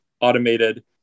automated